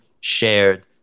shared